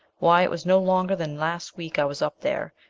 why it was no longer than last week i was up there,